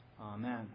amen